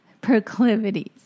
proclivities